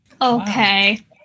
Okay